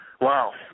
Wow